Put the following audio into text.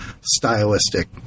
stylistic